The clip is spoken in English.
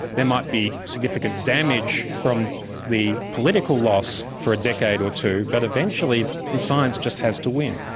there might be significant damage from the political loss for a decade or two, but eventually the science just has to win.